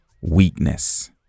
weakness